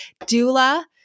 doula